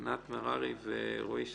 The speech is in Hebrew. עמית מררי ורועי שיינדורף,